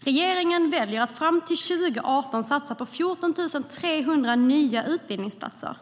Regeringen väljer att fram till 2018 satsa på 14 300 nya utbildningsplatser.